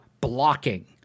Blocking